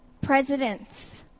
presidents